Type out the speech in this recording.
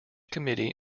committee